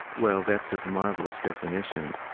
well, that's a marvelous definition.